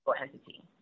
entity